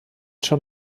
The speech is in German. schon